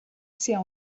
sia